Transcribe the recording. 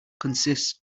consists